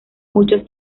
muchos